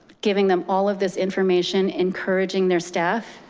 giving them all of this information, encouraging their staff,